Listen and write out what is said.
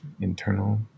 internal